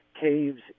caves